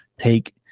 take